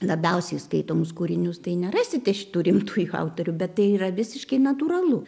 labiausiai skaitomus kūrinius tai nerasite šitų rimtųjų autorių bet tai yra visiškai natūralu